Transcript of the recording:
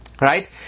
Right